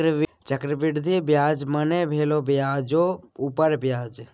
चक्रवृद्धि ब्याज मने भेलो ब्याजो उपर ब्याज